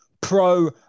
Pro